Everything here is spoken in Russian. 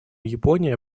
япония